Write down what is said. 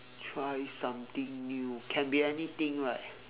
try something new can be anything right